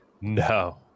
No